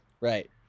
right